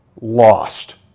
lost